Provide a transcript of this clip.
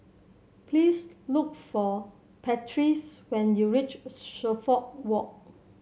please look for Patrice when you reach Suffolk Walk